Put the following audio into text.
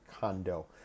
condo